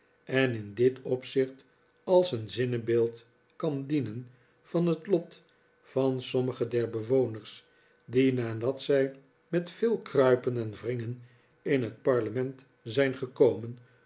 en in dit opzicht als zinnebeeld kan dienen van het lot van sommige der bewoners die nadat zij met veel kruipen en wringen in het parlement zijn gekomen